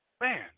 Man